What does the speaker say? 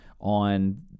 on